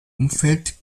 umfeld